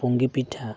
ᱯᱩᱝᱜᱤ ᱯᱤᱴᱷᱟᱹ